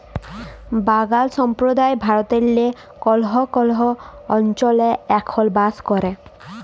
বাগাল সম্প্রদায় ভারতেল্লে কল্হ কল্হ অলচলে এখল বাস ক্যরে